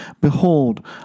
behold